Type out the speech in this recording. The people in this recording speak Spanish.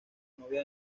novia